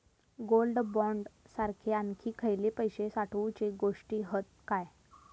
Gold bond सारखे आणखी खयले पैशे साठवूचे गोष्टी हत काय?